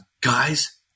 guys